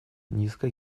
низко